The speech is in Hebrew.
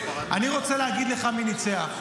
אני רוצה להגיד לך מי ניצח.